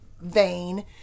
vein